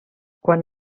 quan